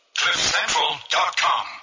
CliffCentral.com